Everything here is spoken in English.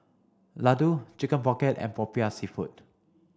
Laddu chicken pocket and Popiah Seafood